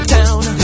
town